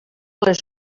les